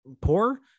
poor